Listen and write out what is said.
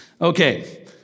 Okay